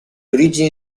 origini